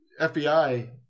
FBI